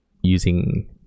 using